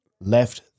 Left